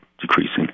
decreasing